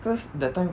cause that time